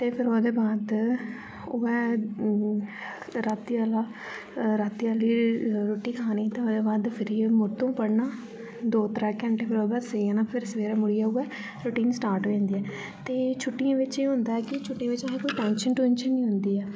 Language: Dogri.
ते फिर ओह्दे बाद राती आह्ला राती आह्ली रोटी खानी ते ओह्दे बाद फिरिए मुढ़तों पढ़ना दो त्रै घन्टे ओह्दे बाद सेई जाना ते फेर सवेरै मुडियै ओऐ गे रोटीन स्टार्ट होई जंदी ऐ ते छुटियै च ऐ होंदा ऐ की छुटियै च असे कोई टैंशन टुनशन निं होंदी ऐ